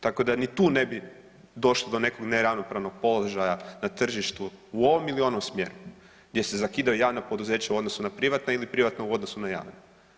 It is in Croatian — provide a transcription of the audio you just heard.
Tako da ni tu ne bi došlo do nekog neravnopravnog položaja na tržištu u ovom ili u onom smjeru gdje se zakidaju javna poduzeća u odnosu na privatna ili privatna u odnosu na javna.